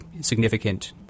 significant